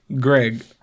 Greg